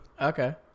Okay